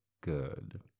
good